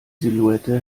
silhouette